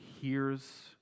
hears